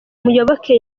muyoboke